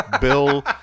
Bill